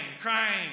crying